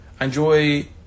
enjoy